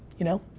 you know.